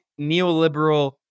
neoliberal